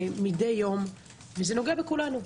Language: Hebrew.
זה נוגע בכולנו.